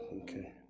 Okay